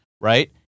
right